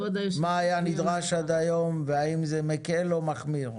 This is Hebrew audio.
מה היה נדרש עד היום ואם זה מקל או מחמיר.